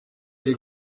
riri